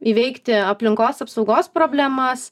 įveikti aplinkos apsaugos problemas